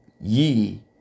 Ye